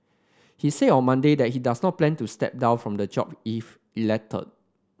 he said on Monday that he does not plan to step down from his job if elected